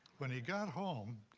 when he got home,